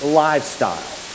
lifestyle